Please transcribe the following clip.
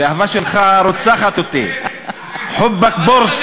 והאהבה שלך רוצחת אותי, "חֻבכ ברס'".